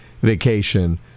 vacation